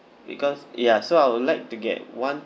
because ya so I would like to get one